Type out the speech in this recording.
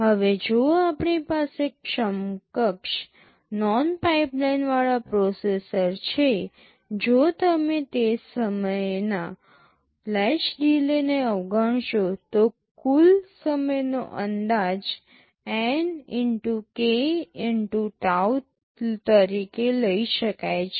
હવે જો આપણી પાસે સમકક્ષ નોન પાઇપલાઇનવાળા પ્રોસેસર છે જો તમે તે સમયેના લેચ ડિલે ને અવગણશો તો કુલ સમયનો અંદાજ N x k x tau તરીકે લઈ શકાય છે